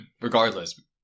regardless